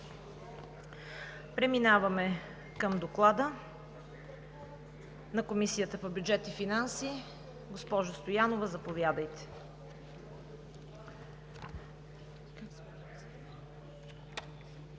Преминаваме към Доклада на Комисията по бюджет и финанси. Госпожо Стоянова, заповядайте.